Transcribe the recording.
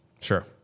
sure